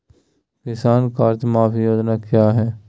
किसान कर्ज माफी योजना क्या है?